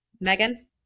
Megan